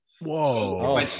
Whoa